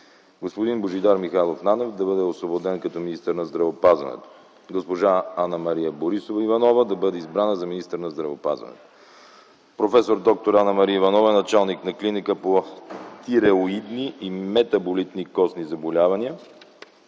господин Божидар Михайлов Нанев да бъде освободен като министър на здравеопазването, а госпожа Анна-Мария Борисова Иванова да бъде избрана за министър на здравеопазването. Професор д-р Анна-Мария Иванова е началник на Клиника по тиреоидни и метаболитни костни заболявания